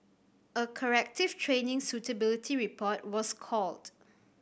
a corrective training suitability report was called